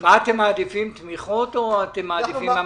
אתם מעדיפים תמיכות או מכס?